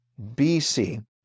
BC